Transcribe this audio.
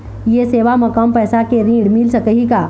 ये सेवा म कम पैसा के ऋण मिल सकही का?